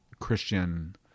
Christian